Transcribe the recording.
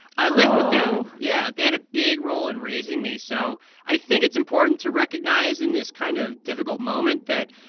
i lived with them oh yeah. they had a big role in raising me, so i think it's important to recognize in this kind of difficult moment that,